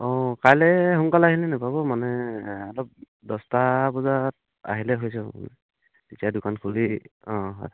অঁ কাইলৈ সোনকালে আহিলে নেপাব মানে অলপ দহটা বজাত আহিলে হৈ যাব তেতিয়া দোকান খুলি অঁ হয়